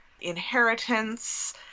inheritance